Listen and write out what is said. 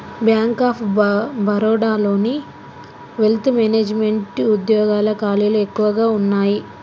bank of బరోడాలోని wealth management వుద్యోగాల ఖాళీలు ఎక్కువగా వున్నయ్యి